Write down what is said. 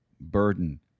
burden